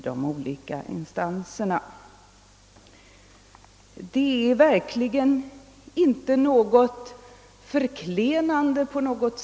Det måste i varje fall vara särskilt uppseendeväckande omständigheter som motiverar ett sådant avsteg.